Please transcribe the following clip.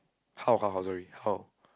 how how how sorry how